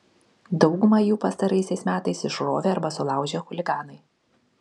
daugumą jų pastaraisiais metais išrovė arba sulaužė chuliganai